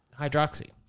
Hydroxy